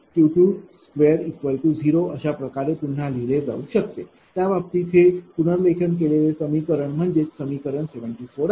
5। V।2V22r21x2P22Q20 अशाप्रकारे पुन्हा लिहिले जाऊ शकते त्या बाबतीत हे पुनर्लेखन केलेले समीकरण म्हणजेच समीकरण 74 आहे बरोबर